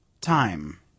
time